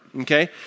okay